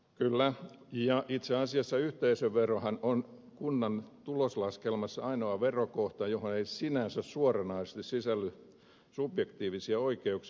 kyllä ja itse asiassa yhteisöverohan on kunnan tuloslaskelmassa ainoa verokohta johon ei sinänsä suoranaisesti sisälly subjektiivisia oikeuksia